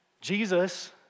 Jesus